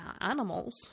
animals